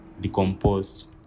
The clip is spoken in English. decomposed